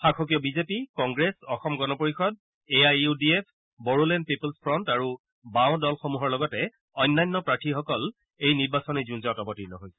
শাসকীয় BJP Congress Asom Gana Parishad A I U D F Bodoland people's front বাও দলসমূহৰ লগতে অন্যান্য সকলে এই নিৰ্বাচনী যুঁজত অৱতীৰ্ণ হৈছে